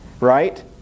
right